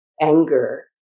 anger